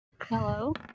Hello